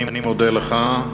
אני מודה לך.